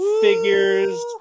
figures